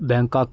Bangkok